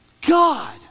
God